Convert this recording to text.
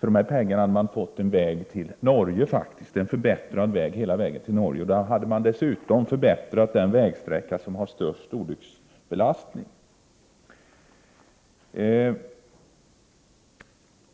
För dessa pengar hade man faktiskt kunna få en förbättrad väg ända till Norge. Då hade man dessutom förbättrat den vägsträcka som har störst olycksbelastning.